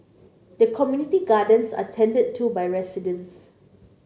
the community gardens are tended to by residents